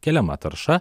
keliama tarša